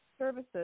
services